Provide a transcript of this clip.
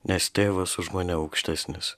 nes tėvas už mane aukštesnis